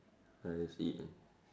I see